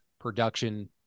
production